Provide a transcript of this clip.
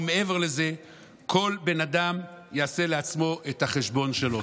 ומעבר לזה כל בן אדם יעשה לעצמו את החשבון שלו.